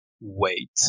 wait